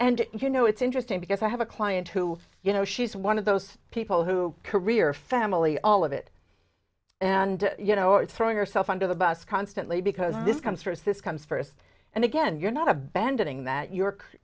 and you know it's interesting because i have a client who you know she's one of those people who career family all of it and you know it's throwing yourself under the bus constantly because this comes from a cyst comes first and again you're not abandoning that york